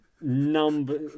Number